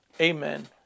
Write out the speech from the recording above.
Amen